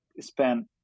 spend